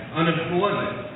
unemployment